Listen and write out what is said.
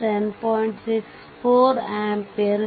64 ampere